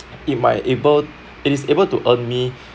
it might able it is able to earn me